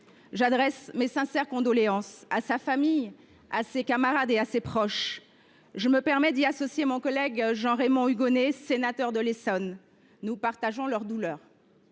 J’adresse mes sincères condoléances à sa famille, à ses camarades et à ses proches. Je me permets d’associer à ce message mon collègue Jean Raymond Hugonet, sénateur de l’Essonne. Nous partageons leur douleur.